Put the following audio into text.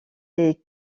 les